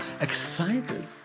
excited